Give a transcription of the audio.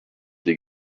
des